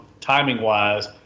timing-wise